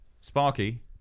Sparky